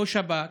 אותו שב"כ,